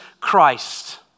Christ